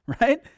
right